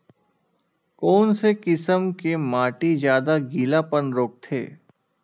कोन से किसम के माटी ज्यादा गीलापन रोकथे?